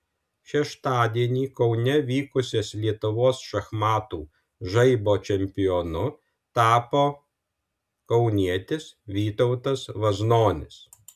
šeštadienį kaune vykusias lietuvos šachmatų žaibo čempionu tapo kaunietis vytautas vaznonis